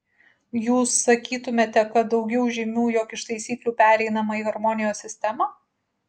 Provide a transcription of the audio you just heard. jūs sakytumėte kad daugiau žymių jog iš taisyklių pereinama į harmonijos sistemą